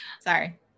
Sorry